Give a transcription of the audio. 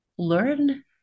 learn